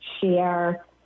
share